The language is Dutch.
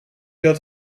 dat